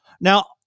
Now